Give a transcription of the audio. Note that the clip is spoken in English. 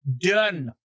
Done